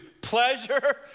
pleasure